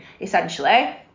essentially